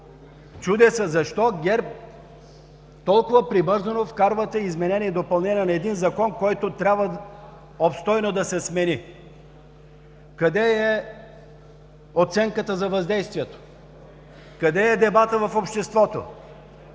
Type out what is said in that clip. Чудя се защо ГЕРБ толкова прибързано вкарвате изменение и допълнение на един Закон, който трябва обстойно да се смени. Къде е оценката за въздействието? Къде е дебатът в обществото?